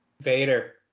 Vader